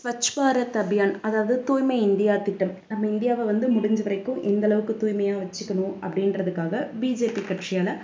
ஸ்வச் பாரத் அபியான் அதாவது தூய்மை இந்தியா திட்டம் நம்ம இந்தியாவை வந்து முடிஞ்ச வரைக்கும் எந்தளவுக்கு தூய்மையாக வெச்சிக்கணும் அப்படின்றதுக்காக பி ஜே பி கட்சியால்